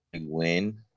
win